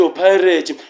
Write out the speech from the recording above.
pirate